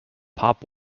pop